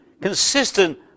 consistent